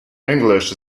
english